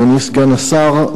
אדוני סגן השר,